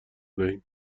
دهیم